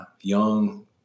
young